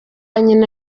nyina